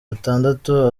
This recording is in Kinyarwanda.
atandatu